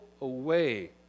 away